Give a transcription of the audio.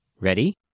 Ready